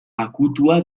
akutua